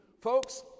Folks